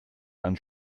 dann